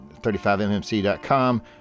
35mmc.com